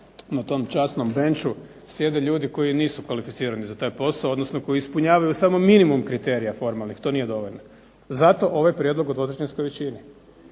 na tom časnom benchu sjede ljudi koji nisu kvalificirani za taj posao, koji ispunjavaju samo minimum kriterija formalnih, to nije dobro, zato ovaj prijedlog o dvotrećinskoj većini.